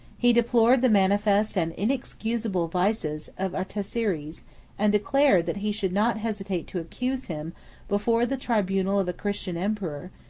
he deplored the manifest and inexcusable vices of artasires and declared, that he should not hesitate to accuse him before the tribunal of a christian emperor,